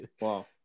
wow